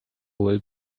will